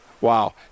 Wow